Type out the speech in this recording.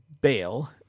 bail